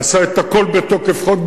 עשה את הכול בתוקף חוק,